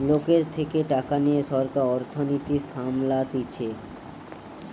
লোকের থেকে টাকা লিয়ে সরকার অর্থনীতি সামলাতিছে